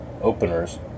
openers